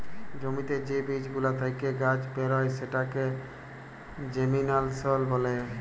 জ্যমিতে যে বীজ গুলা থেক্যে গাছ বেরয় সেটাকে জেমিনাসল ব্যলে